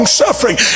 suffering